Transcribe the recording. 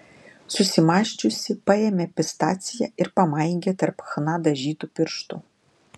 susimąsčiusi paėmė pistaciją ir pamaigė tarp chna dažytų pirštų